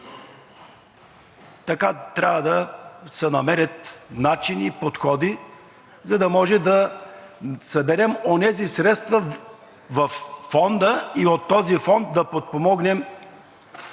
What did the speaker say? така трябва да се намерят начини и подходи, за да може да съберем онези средства във Фонда и от този фонд да подпомогнем